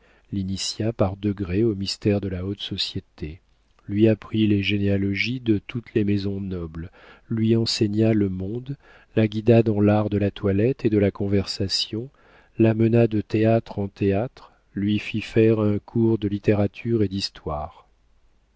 l'initia par degrés aux mystères de la haute société lui apprit les généalogies de toutes les maisons nobles lui enseigna le monde la guida dans l'art de la toilette et la conversation la mena de théâtre en théâtre lui fit faire un cours de littérature et d'histoire